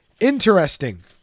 Interesting